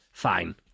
fine